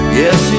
yes